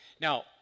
Now